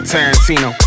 Tarantino